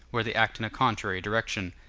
where they act in a contrary direction.